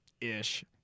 Ish